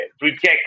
reject